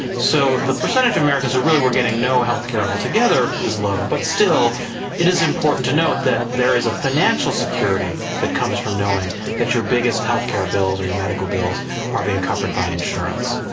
so the percentage of americans who really were getting no healthcare altogether was low but still it is important to note that there is a financial security that comes from knowing that your biggest healthcare bills or your medical bills are being covered by insurance,